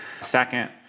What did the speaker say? Second